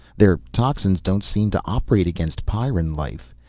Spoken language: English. their toxins don't seem to operate against pyrran life.